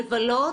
לבלות,